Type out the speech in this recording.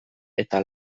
eta